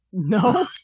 no